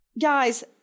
Guys